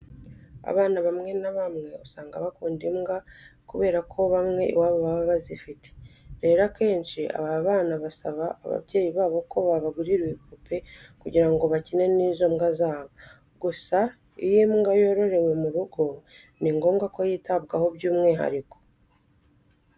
Abana bamwe na bamwe usanga bakunda imbwa kubera ko bamwe iwabo baba bazifite. Rero akenshi aba bana basaba ababyeyi babo ko babagurira ibipupe kugira ngo bakine n'izo mbwa zabo. Gusa iyo imbwa yororewe mu rugo ni ngombwa ko yitabwaho by'umwihariko.